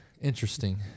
Interesting